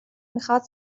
میخواد